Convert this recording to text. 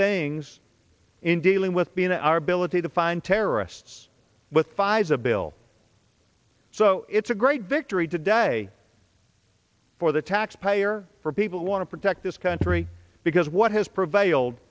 things in dealing with the in our ability to find terrorists with pfizer bill so it's a great victory today for the taxpayer for people who want to protect this country because what has prevailed